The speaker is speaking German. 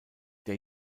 der